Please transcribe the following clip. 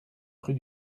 rue